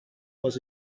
was